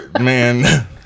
Man